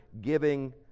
giving